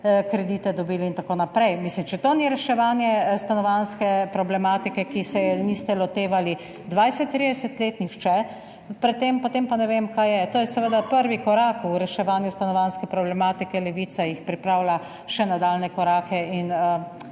kredite dobili in tako naprej. Mislim, če to ni reševanje stanovanjske problematike, ki se ni loteval 20, 30 let nihče pred tem, potem pa ne vem, kaj je. To je seveda prvi korak v reševanju stanovanjske problematike. Levica pripravlja še nadaljnje korake in